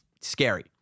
scary